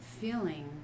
feeling